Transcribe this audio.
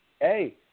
hey